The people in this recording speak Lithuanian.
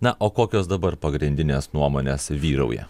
na o kokios dabar pagrindinės nuomonės vyrauja